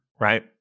right